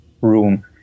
room